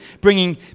bringing